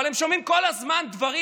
אבל הם שומעים כל הזמן דברים: